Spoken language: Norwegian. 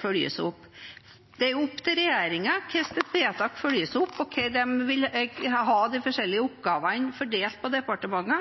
følges opp. Det er opp til regjeringen hvordan et vedtak følges opp, og hvordan de vil ha de forskjellige oppgavene fordelt på departementene,